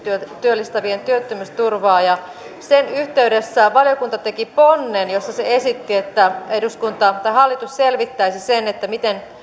työllistävien työttömyysturvaa ja sen yhteydessä valiokunta teki ponnen jossa se esitti että hallitus selvittäisi sen miten